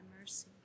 mercy